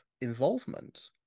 involvement